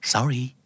Sorry